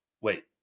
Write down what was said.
wait